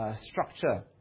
structure